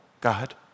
God